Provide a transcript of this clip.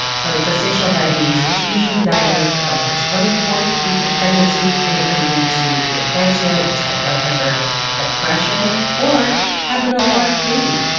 so gestational diabetes, it's usually diagnosed about the twenty fourth week of pregnancy and it can lead to preeclampsia which is high blood pressure depression, or having a large baby.